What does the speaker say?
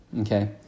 Okay